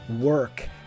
work